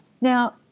Now